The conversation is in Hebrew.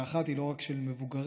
והיא לא רק של מבוגרים,